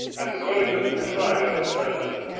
and the willingness to try that experiment,